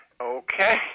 okay